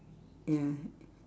ya